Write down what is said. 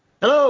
Hello